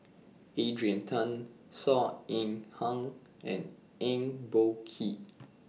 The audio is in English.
Adrian Tan Saw Ean Ang and Eng Boh Kee